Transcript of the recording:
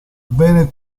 bene